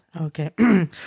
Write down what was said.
Okay